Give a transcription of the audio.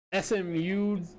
SMU